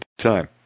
time